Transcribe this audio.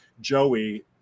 Joey